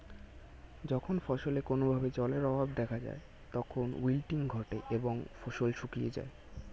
যখন ফসলে কোনো ভাবে জলের অভাব দেখা যায় তখন উইল্টিং ঘটে এবং ফসল শুকিয়ে যায়